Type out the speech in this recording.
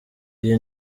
iyi